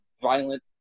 violent